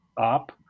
up